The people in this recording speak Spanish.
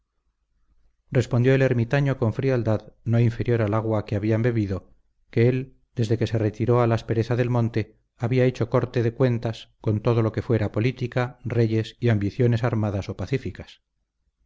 respondió el ermitaño con frialdad no inferior al agua que habían bebido que él desde que se retiró a la aspereza del monte había hecho corte de cuentas con todo lo que fuera política reyes y ambiciones armadas o pacíficas